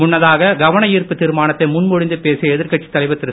முன்னதாக கவன ஈர்ப்பு தீர்மானத்தை முன் மொழிந்து பேசிய எதிர்கட்சித்தலைவர் திரு